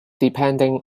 depending